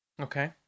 Okay